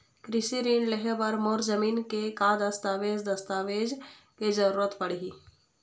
कृषि ऋण लेहे बर मोर जमीन के का दस्तावेज दस्तावेज के जरूरत पड़ही?